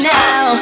now